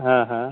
हाँ हाँ